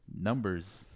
Numbers